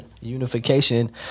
unification